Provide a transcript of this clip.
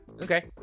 okay